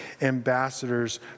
ambassadors